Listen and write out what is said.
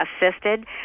assisted